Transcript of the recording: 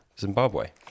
Zimbabwe